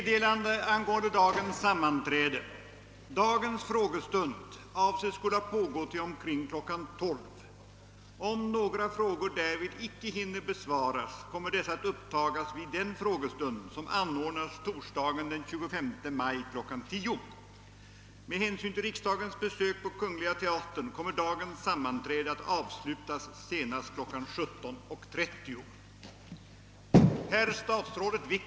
Dagens frågestund avses skola pågå till omkring kl. 12.00. Om några frågor därvid icke hinner besvaras kommer dessa att upptagas vid den frågestund som anordnas torsdagen den 25 maj kl. 10.00. Med hänsyn till riksdagens besök på Kungl. Teatern kommer dagens sammanträde att avslutas senast kl. 17.30.